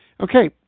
Okay